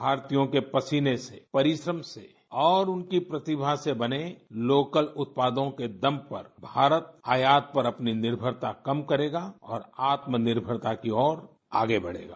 भारतीयों के पसीने से परिश्रम से और उनकी प्रतिभा से बने लोकल उत्पादों के दम पर भारत आयात पर अपनी निर्भरता कम करेगा और आत्मनिर्भरता की ओर आगे बढ़ेगा